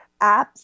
apps